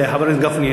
חבר הכנסת גפני,